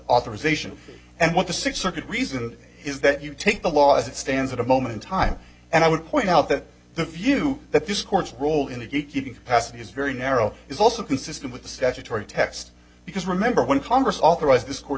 authorization and what the six circuit reason is that you take the law as it stands at a moment in time and i would point out that the view that this court's role in the gatekeeping passage is very narrow is also consistent with the statutory text because remember when congress authorized this court